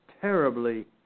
terribly